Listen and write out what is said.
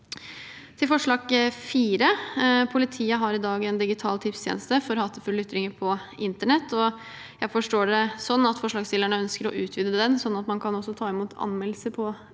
Til forslag nr. 4: Politiet har i dag en digital tipstjeneste for hatefulle ytringer på internett. Jeg forstår det sånn at forslagsstillerne ønsker å utvide den, slik at man også kan ta imot anmeldelser i tjenesten.